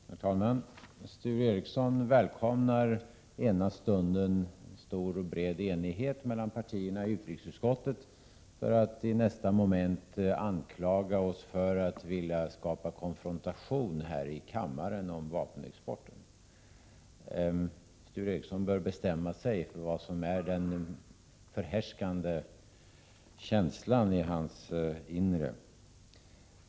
Herr talman! Sture Ericson välkomnar ena stunden stor och bred enighet mellan partierna i utrikesutskottet, för att i nästa moment anklaga oss för att vilja skapa konfrontation här i kammaren om vapenexporten. Sture Ericson bör bestämma sig för vad som är den förhärskande känslan i hans inre.